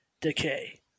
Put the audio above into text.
Decay